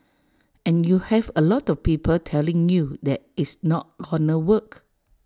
and you have A lot of people telling you that it's not gonna work